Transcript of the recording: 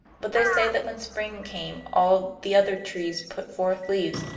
but they say that when spring came all the other trees put forth leaves,